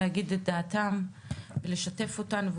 להגיד את דעתם ולשתף אותנו,